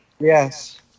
Yes